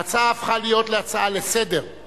ההצעה הפכה להיות הצעה לסדר-היום.